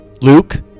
Luke